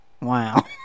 Wow